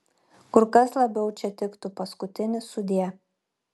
kur kas labiau čia tiktų paskutinis sudie